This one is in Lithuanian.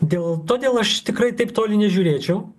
dėl todėl aš tikrai taip toli nežiūrėčiau